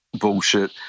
bullshit